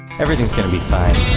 everything's going to be fine.